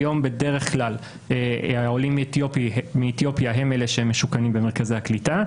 היום בדרך כלל העולים מאתיופיה הם אלה שמשוכנים במרכזי הקליטה.